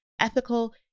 ethical